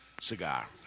cigar